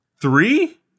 Three